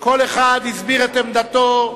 כל אחד הסביר את עמדתו,